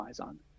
on